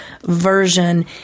version